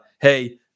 Hey